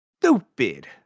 stupid